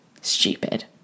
stupid